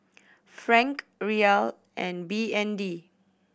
Franc Riyal and B N D